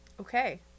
Okay